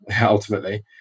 Ultimately